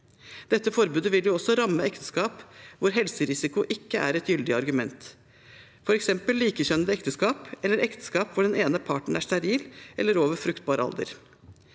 Dette forbudet vil jo også ramme ekteskap hvor helserisiko ikke er et gyldig argument, f.eks. likekjønnede ekteskap eller ekteskap hvor den ene parten er steril eller over fruktbar alder.